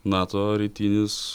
nato rytinis